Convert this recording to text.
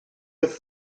wrth